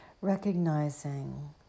Recognizing